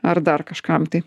ar dar kažkam tai